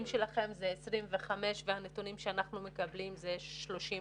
שלכם זה 25 והנתונים שאנחנו מקבלים זה 30 פלוס?